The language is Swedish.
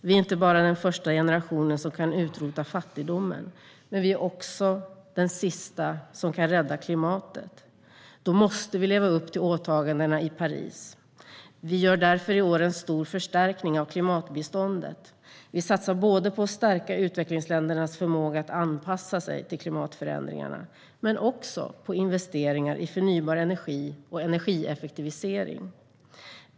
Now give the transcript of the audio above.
Vi är inte bara den första generationen som kan utrota fattigdomen, utan vi är också den sista som kan rädda klimatet. Då måste vi leva upp till åtagandena i Paris. Vi gör därför i år en stor förstärkning av klimatbiståndet. Vi satsar både på att stärka utvecklingsländernas förmåga att anpassa sig till klimatförändringarna och på investeringar i förnybar energi och energieffektivisering.